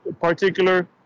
particular